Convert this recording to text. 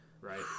right